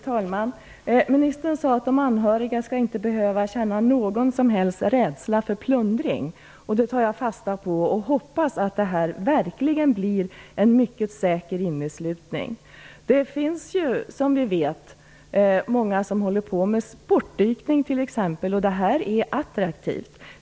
Fru talman! Ministern sade att de anhöriga inte skall behöva känna någon som helst rädsla för plundring. Det tar jag fasta på och hoppas att det verkligen blir en mycket säker inneslutning. Det finns ju, som vi vet, många som håller på med sportdykning t.ex., för vilka detta är attraktivt.